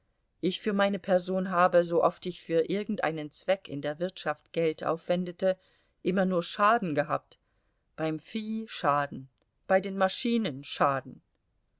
ich für meine person habe sooft ich für irgendeinen zweck in der wirtschaft geld aufwendete immer nur schaden gehabt beim vieh schaden bei den maschinen schaden